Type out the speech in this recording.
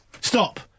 Stop